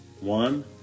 One